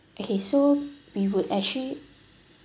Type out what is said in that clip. okay so we would actually